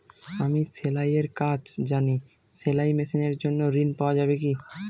আমি সেলাই এর কাজ জানি সেলাই মেশিনের জন্য ঋণ পাওয়া যাবে কি?